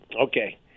Okay